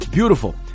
Beautiful